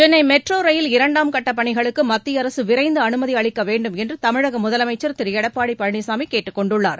Chennai metro rail திட்டத்தின் இரண்டாம் கட்டப் பணிகளுக்கு மத்திய அரசு விரைந்து அனுமதியளிக்க வேண்டும் என்று தமிழக முதலமைச்ச் திரு எடப்பாடி பழனிசாமி கேட்டுக்கொண்டுள்ளார்